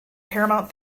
paramount